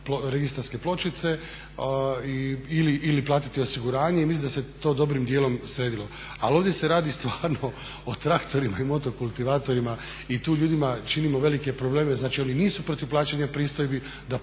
registarske pločice ili platiti osiguranje. Mislim da se to dobrim dijelom sredilo. Ali ovdje se radi stvarno o traktorima i motokultivatorima i tu ljudima činimo velike probleme. Znači, oni nisu protiv plaćanja pristojbi, dapače